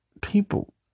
people